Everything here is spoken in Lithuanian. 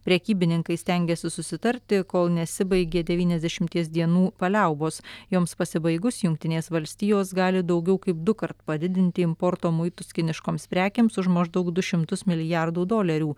prekybininkai stengiasi susitarti kol nesibaigė devyniasdešimties dienų paliaubos joms pasibaigus jungtinės valstijos gali daugiau kaip dukart padidinti importo muitus kiniškoms prekėms už maždaug du šimtus milijardų dolerių